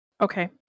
Okay